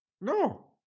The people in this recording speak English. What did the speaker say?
No